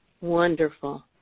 Wonderful